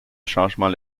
changement